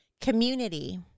Community